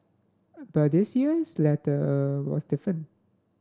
but this year is letter a was different